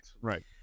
right